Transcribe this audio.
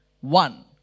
one